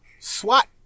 SWAT